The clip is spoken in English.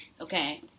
Okay